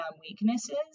weaknesses